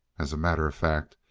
as a matter of fact,